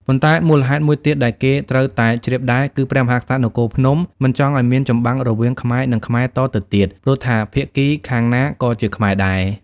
ប៉ុន្តែមូលហេតុមួយទៀតដែលគេត្រូវតែ ជ្រាបដែរ គឺព្រះមហាក្សត្រនគរភ្នំ មិនចង់ឱ្យមានចម្បាំងរវាងខ្មែរនឹងខ្មែរតទៅទៀត ព្រោះថាភាគីខាងណាក៏ជាខ្មែរដែរ។